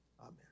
Amen